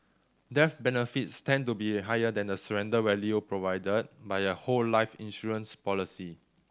death benefits tend to be higher than the surrender value provided by a whole life insurance policy